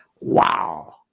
Wow